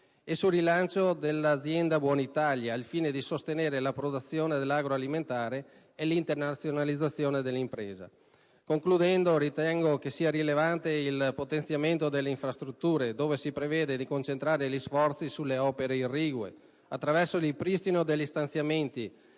e del rilancio dell'azienda Buonitalia, al fine di sostenere la promozione dell'agroalimentare e l'internazionalizzazione delle imprese. Concludendo, ritengo che sia rilevante il potenziamento delle infrastrutture, dove si prevede di concentrare gli sforzi sulle opere irrigue, attraverso il ripristino degli stanziamenti